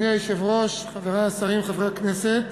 אדוני היושב-ראש, חברי השרים, חברי הכנסת,